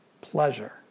pleasure